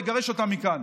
לגרש אותם מכאן.